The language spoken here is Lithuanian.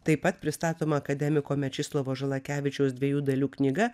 taip pat pristatoma akademiko mečislovo žalakevičiaus dviejų dalių knyga